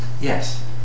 Yes